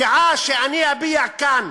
דעה שאני אביע כאן